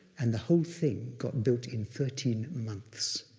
and the whole thing got built in thirteen months.